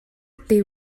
ydy